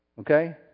Okay